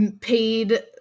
paid